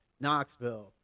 Knoxville